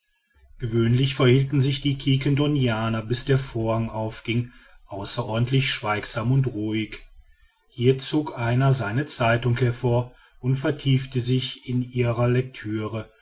gewöhnlich verhielten sich die quiquendonianer bis der vorhang aufging außerordentlich schweigsam und ruhig hier zog einer seine zeitung hervor und vertiefte sich in ihre lectüre